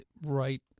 right